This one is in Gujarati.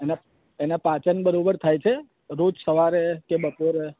એને એને પાચન બરાબર થાય છે રોજ સવારે કે બપોરે